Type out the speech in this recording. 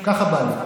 ככה בא לי.